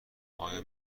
آیا